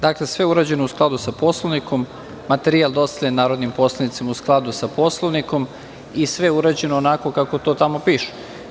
Dakle, sve je urađeno u skladu sa Poslovnikom, materijal je dostavljen narodnim poslanicima u skladu sa Poslovnikom i sve je urađeno onako kako to tamo piše.